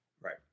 Right